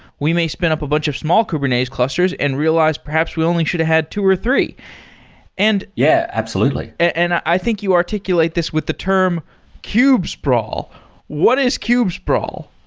we may spin up a bunch of small kubernetes clusters and realize, perhaps we only should have had two or three and yeah, absolutely and i think you articulate this with the term kube-sprawl what is kube-sprawl?